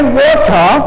water